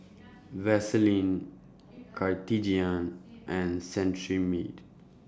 Vaselin Cartigain and Cetrimide